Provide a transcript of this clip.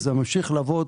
זה ממשיך לעבוד,